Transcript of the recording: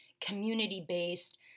community-based